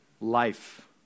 Life